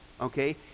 Okay